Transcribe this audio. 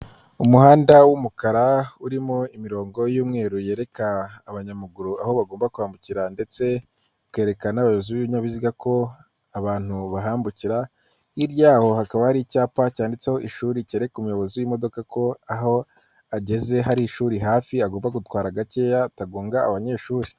Umuhanda w'umukara urimo imirongo y'umweru yereka abanyamaguru aho bagomba kwambukira ndetse ikereka n'abayobozi b'ibinyabiziga ko abantu bahambukira, hirya yaho hakaba hari icyapa cyanditseho ishuri cyereka umuyobozi w'imodoka ko aho ageze hari ishuri hafi, agomba gutwara gakeya atagonga abanyeshuri.